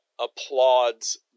applauds